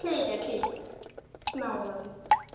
ठीक ऐ ठीक ऐ सनाई ओड़ेओ तुस